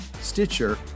Stitcher